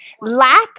Lack